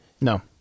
No